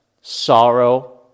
sorrow